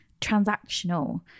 transactional